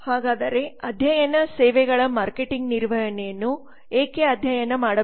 ಹಾಗಾದರೆ ಅಧ್ಯಯನ ಸೇವೆಗಳ ಮಾರ್ಕೆಟಿಂಗ್ ನಿರ್ವಹಣೆಯನ್ನು ಏಕೆ ಅಧ್ಯಯನ ಮಾಡಬೇಕು